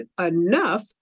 enough